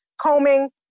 combing